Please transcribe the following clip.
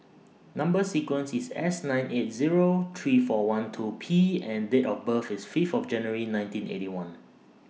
Number sequence IS S nine eight Zero three four one two P and Date of birth IS Fifth of January nineteen Eighty One